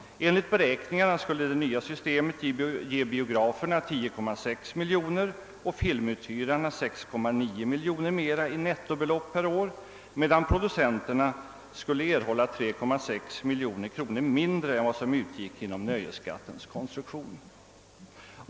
Enligt beräkningarna skulle det nya systemet ge biograferna 10,6 miljoner och filmuthyrarna 6,9 miljoner mera i nettobelopp per år, medan producenterna skulle erhålla 3,6 miljoner kronor mindre än vad som utgick på grund av nöjesskattens konstruktion.